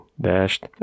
dashed